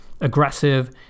aggressive